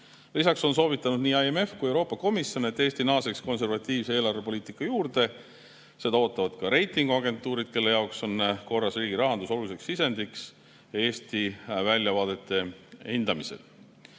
Lisaks on soovitanud nii IMF kui ka Euroopa Komisjon, et Eesti naaseks konservatiivse eelarvepoliitika juurde. Seda ootavad ka reitinguagentuurid, kelle jaoks on korras riigirahandus oluliseks sisendiks Eesti väljavaadete hindamisel.